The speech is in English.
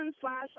Slash